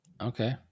Okay